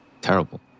terrible